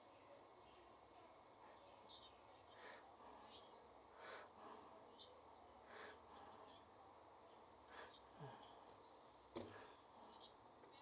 mm